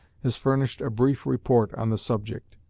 has furnished a brief report on the subject.